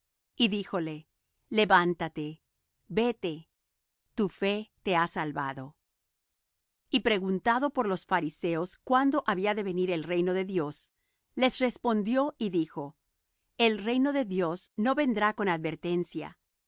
y díjole levántate vete tu fe te ha salvado y preguntado por los fariseos cuándo había de venir el reino de dios les respondió y dijo el reino de dios no vendrá con advertencia